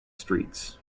streets